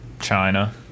China